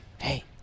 Hey